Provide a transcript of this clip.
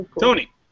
Tony